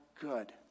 good